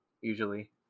usually